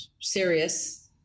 serious